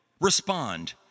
respond